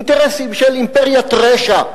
אינטרסים של אימפריית רשע.